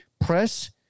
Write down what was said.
press